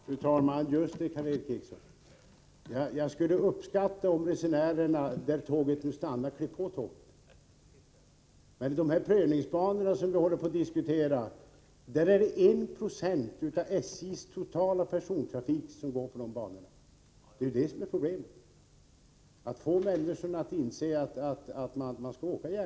Fru talman! Just det, Karl Erik Eriksson. Jag skulle uppskatta om resenärerna verkligen klev på tåget på de platser där tåget stannar. På de här prövningsbanorna som vi diskuterar går endast 1 90 av SJ:s persontrafik. Problemet är ju att få människorna att inse att de skall åka tåg.